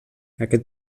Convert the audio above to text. aquest